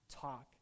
talk